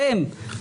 אתם,